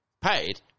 paid